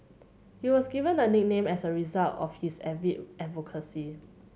he was given the nickname as a result of his avid advocacy